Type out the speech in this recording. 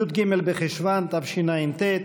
י"ג בחשוון תשע"ט,